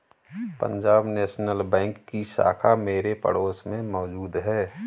Punjab National Bank की शाखा मेरे पड़ोस में मौजूद है